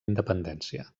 independència